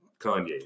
Kanye